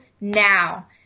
now